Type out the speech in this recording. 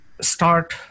start